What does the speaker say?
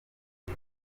uyu